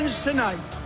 tonight